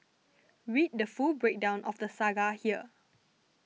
read the full breakdown of the saga here